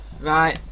Right